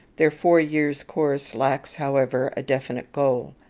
their four years' course lacks, however, a definite goal.